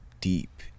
deep